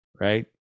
right